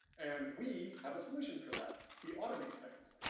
and we have a solution for that. we automate things.